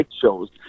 shows